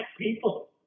people